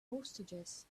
hostages